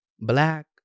black